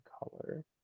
color